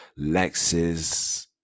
Lexus